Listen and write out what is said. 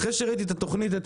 אחרי שראיתי אתמול את התוכנית,